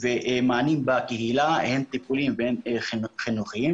ומענים בקהילה, הן טיפוליים והן חינוכיים,